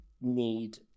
need